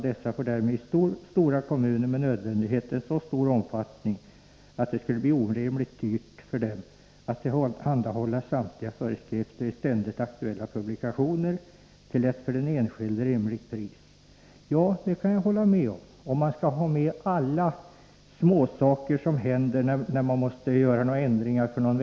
Dessa får därmed i stora kommuner med nödvändighet en så stor omfattning att det skulle bli orimligt dyrt för dem att tillhandahålla samtliga föreskrifter i ständigt aktuella publikationer till ett för den enskilde rimligt pris.” Detta kan jag hålla med om, om man skall ha med alla småsaker som händer från en vecka till en annan.